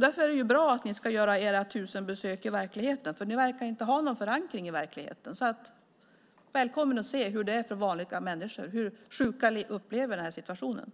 Därför är det bra att ni ska göra era tusen besök i verkligheten. Ni verkar inte ha någon förankring i verkligheten. Välkommen och se hur det är för vanliga människor, hur sjuka upplever den här situationen!